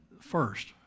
first